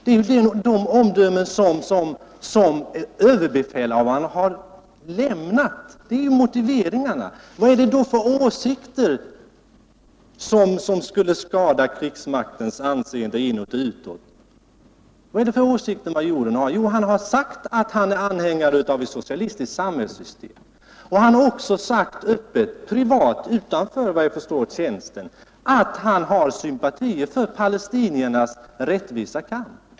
Detta är ju de omdömen som överbefälhavaren har gjort — det är moti Vad är det då för åsikter som skulle skada krigsmaktens anseende inåt och utåt? Vad är det för åsikter majoren har? Jo, han har sagt att han är anhängare av ett socialistiskt samhällssystem. Han har också sagt — öppet, privat, såvitt jag förstår utanför tjänsten — att han har sympatier för palestiniernas rättvisa kamp.